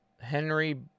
Henry